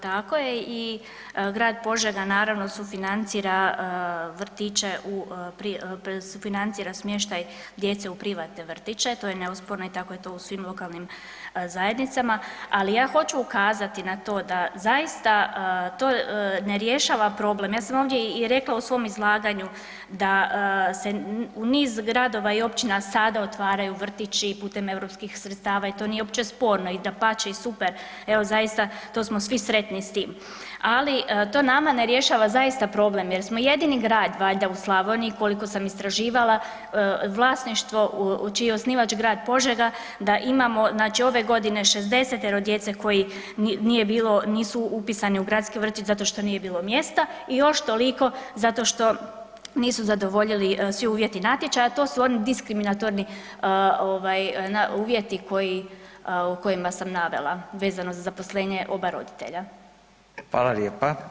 Tako je i grad Požega naravno sufinancira vrtiće u, financira smještaj djece u privatne vrtiće to je neosporno i tako je to u svim lokalnim zajednicama, ali ja hoću ukazati na to da zaista to ne rješava problem, ja sam ovdje i rekla u svom izlaganju da se niz gradova i općina sada otvaraju vrtići putem europskih sredstava i to nije uopće sporno i dapače i super, evo zaista to smo svi sretni s tim, ali to nama ne rješava zaista problem jer smo jedini grad valjda u Slavoniji koliko sam istraživala vlasništvo, čiji je osnivač grad Požega da imamo znači ove godine 60-tero djece koji nije bilo, nisu upisani u gradski vrtić zato što nije bilo mjesta i još toliko zato što nisu zadovoljili svi uvjeti natječaja, to su oni diskriminatorni ovaj uvjeti koji, o kojima sam navela vezano za zaposlenje oba roditelja.